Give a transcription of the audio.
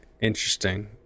interesting